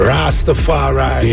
Rastafari